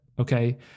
Okay